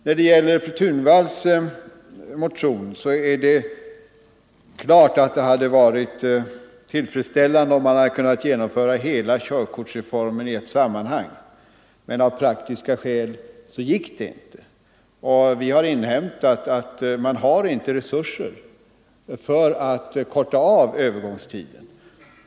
När det gäller fru Thunvalls motion är det klart att det hade varit tillfredsställande om man hade kunnat genomföra hela körkortsreformen i ett sammanhang, men det var av praktiska skäl inte möjligt. Vi har inhämtat att man inte har resurser för att avkorta övergångstiden.